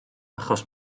achos